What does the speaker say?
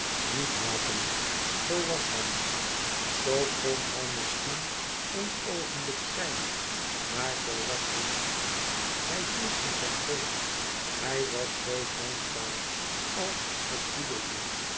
niet haten zo was hij niet zoo kon hij misschien éen oogenblik zijn maar zoo wàs hij niet hij hield van zijn volk hij was zoo dankbaar als het jubelde